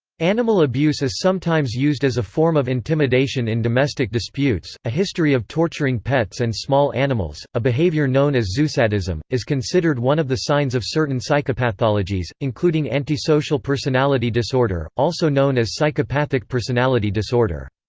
animal abuse is sometimes used as a form of intimidation in domestic disputes a history of torturing pets and small animals, a behavior known as zoosadism, is considered one of the signs of certain psychopathologies, including antisocial personality disorder, also known as psychopathic personality disorder.